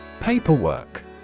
Paperwork